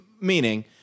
meaning